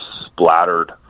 splattered